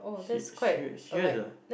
se~ se~ serious ah